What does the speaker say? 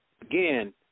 again